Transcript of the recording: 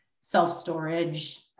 self-storage